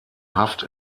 haft